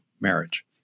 marriage